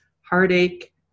heartache